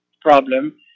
problem